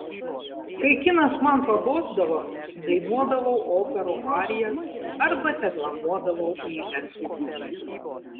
kai kinas man pabosdavo dainuodavau operų arijas arba deklamuodavau eiles